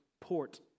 port